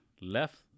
left